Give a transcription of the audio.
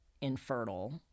infertile